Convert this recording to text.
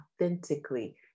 authentically